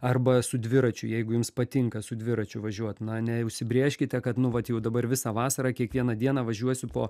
arba su dviračiu jeigu jums patinka su dviračiu važiuot na neužsibrėžkite kad nu vat jau dabar visą vasarą kiekvieną dieną važiuosiu po